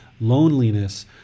loneliness